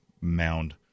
mound